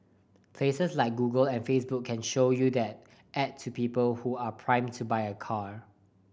places like Google and Facebook can show you that ad to people who are primed to buy a car